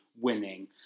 Winning